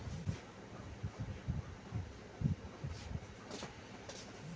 वित्तीय विश्लेषक सं कंपनीक वैज्ञानिक प्रबंधन मे मदति भेटै छै